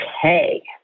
Okay